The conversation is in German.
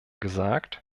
gesagt